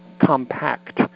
compact